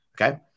Okay